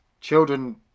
Children